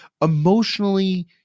Emotionally